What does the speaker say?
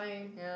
yeah